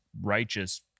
righteous